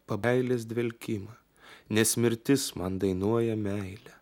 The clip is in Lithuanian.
pabeilės dvelkimą nes mirtis man dainuoja meile